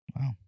Wow